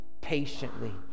patiently